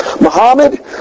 Muhammad